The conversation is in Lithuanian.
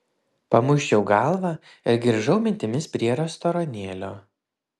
pamuisčiau galvą ir grįžau mintimis prie restoranėlio